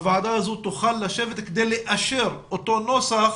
הוועדה הזו תוכל לשבת כדי לאשר את אותו נוסח